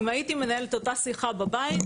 אילו הייתי מנהל את אותה השיחה בבית,